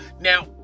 Now